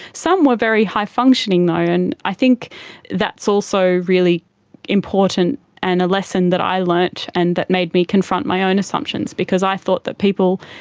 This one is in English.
some were very high functioning though, and i think that's also really important and a lesson that i learnt and that made me confront my own assumptions, because i thought that people